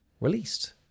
released